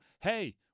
hey